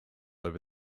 over